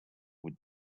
would